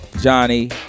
Johnny